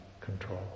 control